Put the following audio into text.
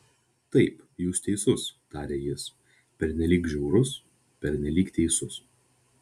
taip jūs teisus tarė jis pernelyg žiaurus pernelyg teisus